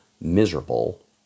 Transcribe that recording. miserable